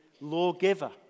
lawgiver